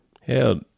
hell